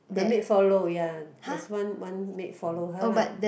the maid follow ya there's one one maid follow her lah